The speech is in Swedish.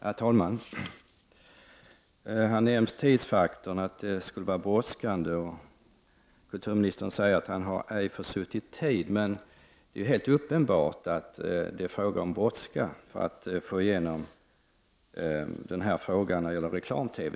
Herr talman! Här nämns tidsfaktorn, att det skulle vara brådskande, och kulturministern säger att han ej har försuttit tid. Men det är ju helt uppenbart att det brådskar när det gäller att få igenom t.ex. frågan om reklam-TV.